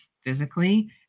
physically